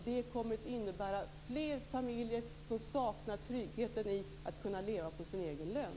Det kommer att innebära att fler familjer saknar tryggheten i att kunna leva på sin egen lön.